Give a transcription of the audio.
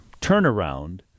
turnaround